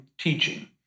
teaching